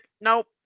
Nope